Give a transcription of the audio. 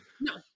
No